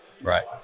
Right